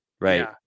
right